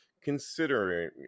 considering